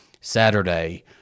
Saturday